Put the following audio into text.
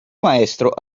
maestro